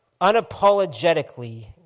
unapologetically